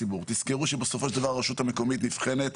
ולהגביל את שכר הטרחה בסכומים הקטנים האלה.